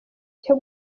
cyo